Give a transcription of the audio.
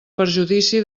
perjudici